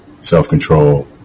self-control